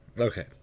okay